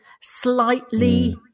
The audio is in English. slightly